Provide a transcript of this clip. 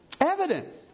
Evident